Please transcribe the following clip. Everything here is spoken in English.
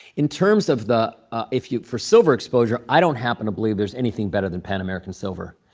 in terms of the if you for silver exposure, i don't happen to believe there's anything better than pan american silver.